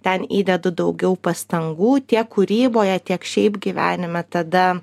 ten įdedu daugiau pastangų tiek kūryboje tiek šiaip gyvenime tada